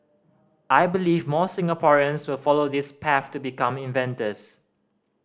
I believe more Singaporeans will follow this path to become inventors